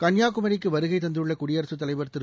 கன்னியாகுமரிக்கு வருகை தந்துள்ள குடியரசுத் தலைவர் திரு